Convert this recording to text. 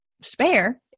spare